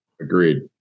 Agreed